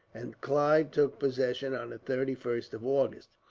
and clive took possession on the thirty first of august.